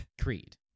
creed